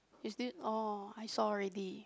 is it oh I saw already